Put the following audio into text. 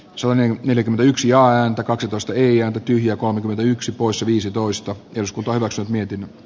soinen neljäkymmentäyksi ääntä kaksitoista yllätettyjä kolmekymmentäyksi poissa viisitoista jansku toivossa mietin